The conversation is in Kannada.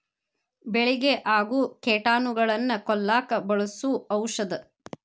ಬೆಳಿಗೆ ಆಗು ಕೇಟಾನುಗಳನ್ನ ಕೊಲ್ಲಾಕ ಬಳಸು ಔಷದ